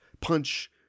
punch